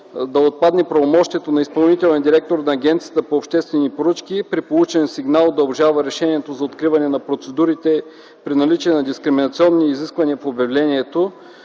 да отпадне правомощието на изпълнителния директор на Агенцията по обществени поръчки и при получен сигнал да обжалва решението за откриване на процедурите при наличие на дискриминационни изисквания в обявлението,